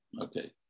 Okay